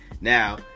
Now